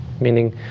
Meaning